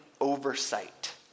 oversight